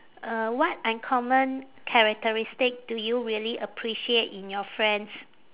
uh what uncommon characteristic do you really appreciate in your friends